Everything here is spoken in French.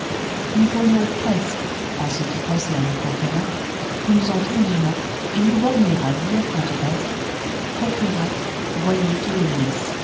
nous pourrions presque en ce qui concerne courfeyrac nous en tenir là et nous borner à dire quant au reste courfeyrac voyez